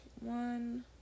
one